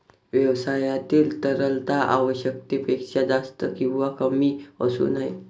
व्यवसायातील तरलता आवश्यकतेपेक्षा जास्त किंवा कमी असू नये